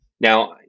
now